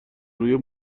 روی